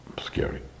scary